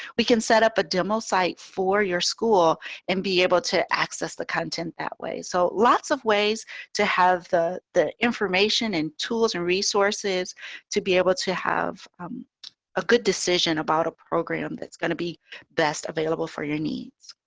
we can set up a demo site for your school and be able to access the content that way. so lots of ways to have the the information and tools and resources to be able to have a good decision about a program that's going to be best available for your needs.